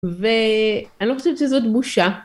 ואני לא חושבת שזאת בושה.